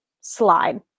slide